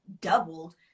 doubled